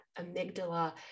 amygdala